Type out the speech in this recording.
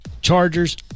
Chargers